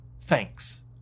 thanks